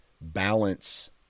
balance